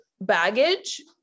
baggage